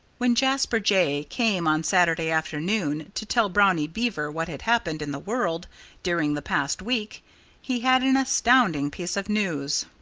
when jasper jay came on saturday afternoon to tell brownie beaver what had happened in the world during the past week he had an astounding piece of news.